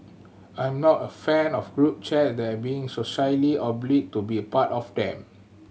I'm not a fan of group chat and being socially obliged to be part of them